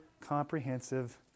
comprehensive